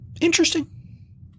Interesting